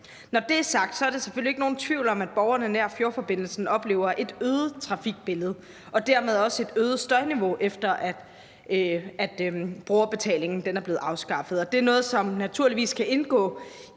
Når det er sagt, er der selvfølgelig ikke nogen tvivl om, at borgerne nær fjordforbindelsen oplever et øget trafikbillede og dermed også et øget støjniveau, efter at brugerbetalingen er blevet afskaffet. Og det er noget, som naturligvis skal indgå